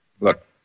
Look